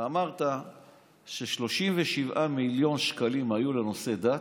ואמרת ש-37 מיליון שקלים היו לנושאי דת,